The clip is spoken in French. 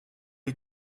les